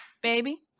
Baby